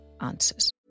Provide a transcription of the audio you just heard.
answers